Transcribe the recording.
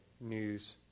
news